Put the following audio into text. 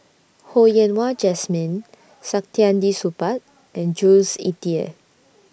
Ho Yen Wah Jesmine Saktiandi Supaat and Jules Itier